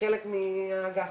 כחלק מהאגף.